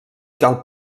cal